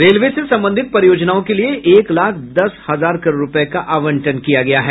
railway से संबंधित परियोजनाओं के लिये एक लाख दस हजार करोड़ रूपये का आवंटन किया गया है